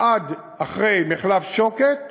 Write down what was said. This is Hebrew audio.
עד אחרי מחלף שוקת,